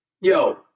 Yo